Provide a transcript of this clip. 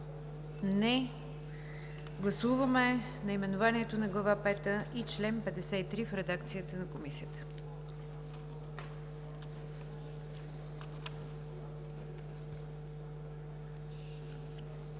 Няма. Гласуваме наименованието на Глава пета и чл. 53 в редакцията на Комисията.